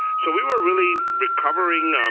so we were really recovering, um